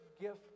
gift